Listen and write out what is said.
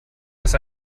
das